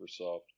Microsoft